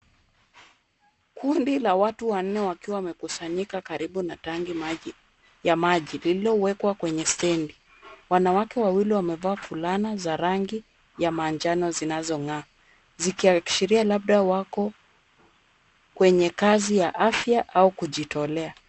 Kundi la watu wanne wakiwa wamekusanyika karibu na tanki ya maji lililowekwa kwenye stendi. Wanawake wawili wamevaa fulana za rangi ya manjano zinazong'aa zikiashiria labda wako kwenye kazi ya afya au kujitolea.